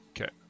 Okay